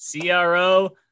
CRO